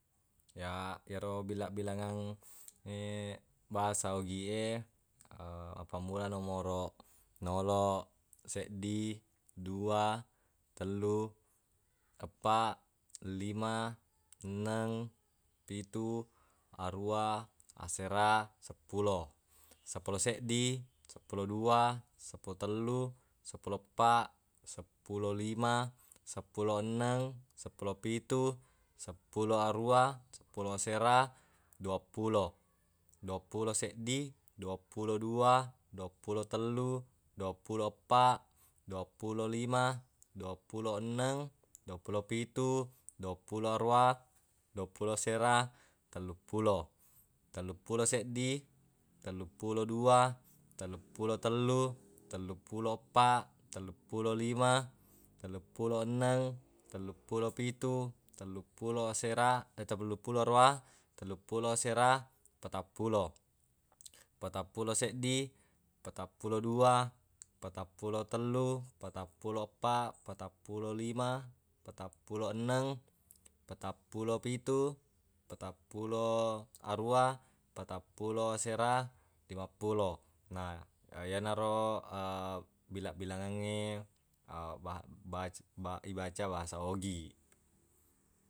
Ya yero bila-bilangang bahasa ogie mappammula nomoroq noloq seddi dua tellu eppa lima enneng pitu aruwa asera seppulo. Seppulo seddi seppulo dua seppulo tellu seppulo eppa seppulo lima seppulo enneng seppulo pitu seppulo aruwa seppulo asera duappulo duappulo seddi duappulo dua duappulo tellu duappulo eppa duappulo lima duappulo enneng duappulo pitu duappulo aruwa duappulo asera telluppulo. Telluppulo seddi telluppulo dua telluppulo tellu telluppulo eppa telluppulo lima telluppulo enneng telluppulo pitu telluppulo asera telluppulo aruwa telluppulo asera pettappulo. Petappulo seddi pettappulo dua petappulo tellu petappulo eppa petappulo lima petappulo enneng petappulo pitu petappulo aruwa petappulo asera limappulo. Na yenaro bila-bilangengnge ba- bac- ibaca bahasa ogi.